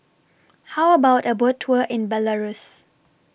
How about A Boat Tour in Belarus